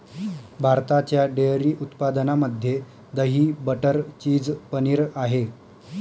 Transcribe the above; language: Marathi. भारताच्या डेअरी उत्पादनामध्ये दही, बटर, चीज, पनीर आहे